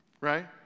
Right